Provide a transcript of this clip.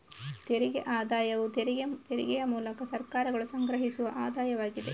ತೆರಿಗೆ ಆದಾಯವು ತೆರಿಗೆಯ ಮೂಲಕ ಸರ್ಕಾರಗಳು ಸಂಗ್ರಹಿಸುವ ಆದಾಯವಾಗಿದೆ